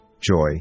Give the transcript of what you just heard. joy